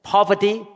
Poverty